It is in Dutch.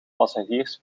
passagiers